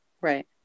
Right